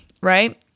right